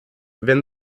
wenn